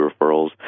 referrals